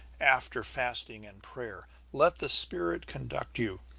after fasting and prayer, let the spirit conduct you